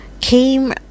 came